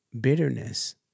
bitterness